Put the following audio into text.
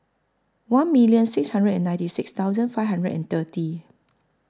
one million six hundred and ninety six thousand five hundred and thirty